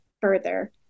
further